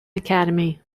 academy